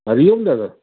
हरिओम दादा